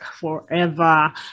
forever